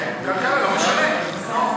לא משנה.